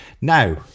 Now